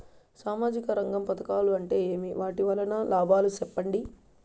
సామాజిక రంగం పథకాలు అంటే ఏమి? వాటి వలన లాభాలు సెప్పండి?